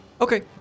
Okay